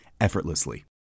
effortlessly